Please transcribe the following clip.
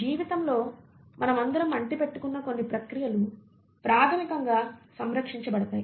జీవితంలో మనమందరం అంటిపెట్టుకున్న కొన్ని ప్రక్రియలు ప్రాథమికంగా సంరక్షించబడతాయి